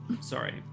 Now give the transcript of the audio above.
Sorry